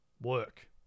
work